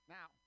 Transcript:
Now